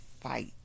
fight